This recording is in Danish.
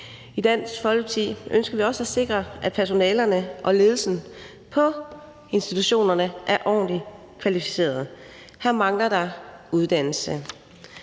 I Dansk Folkeparti ønsker vi også at sikre, at personalet og ledelsen på institutionerne er ordentligt kvalificeret. Her mangler der uddannelse.